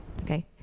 Okay